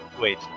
wait